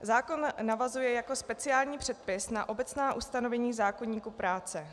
Zákon navazuje jako speciální předpis na obecná ustanovení zákoníku práce.